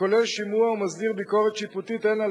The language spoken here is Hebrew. הכולל שימוע ומסדיר ביקורת שיפוטית הן על